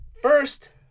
First